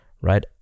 right